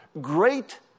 great